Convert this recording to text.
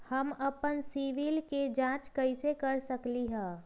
हम अपन सिबिल के जाँच कइसे कर सकली ह?